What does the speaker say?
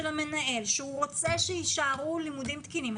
המנהל שהוא רוצה שיישארו לימודים תקינים,